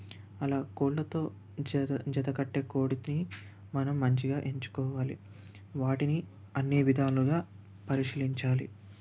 అలా కోళ్ళతో జత జతకట్టే కోడిని మనం మంచిగా ఎంచుకోవాలి వాటిని అన్ని విధాలుగా పరిశీలించాలి